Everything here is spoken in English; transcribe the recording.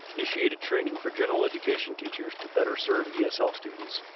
initiated training for general education teachers to better serve esl students,